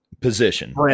position